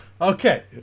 Okay